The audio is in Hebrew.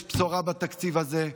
יש בשורה בתקציב הזה,